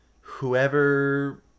Whoever